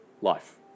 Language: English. life